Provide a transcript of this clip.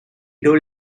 told